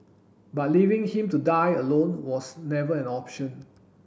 but leaving him to die alone was never an option